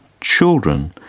children